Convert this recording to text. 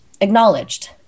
acknowledged